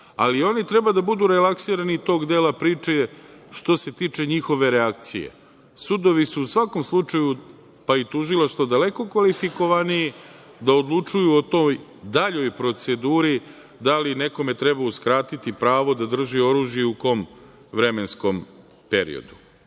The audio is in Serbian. ali oni treba da budu relaksirani tog dela priče, što se tiče njihove reakcije. Sudovi su u svakom slučaju, pa i tužilaštva daleko kvalifikovaniji da odlučuju o toj daljoj proceduri da li nekome treba uskratiti pravo da drži oružje u kom vremenskom